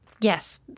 Yes